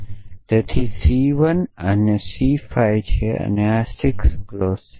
તેથી C 1 થી C 5 જ્યારે અને આ 6 ક્લોઝ છે